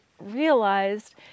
realized